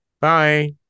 Bye